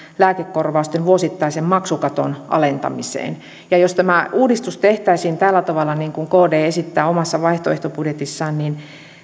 lääkekorvausten vuosittaisen maksukaton alentamiseen jos tämä uudistus tehtäisiin tällä tavalla niin kuin kuin kd esittää omassa vaihtoehtobudjetissaan niin